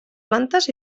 plantes